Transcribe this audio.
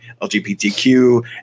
LGBTQ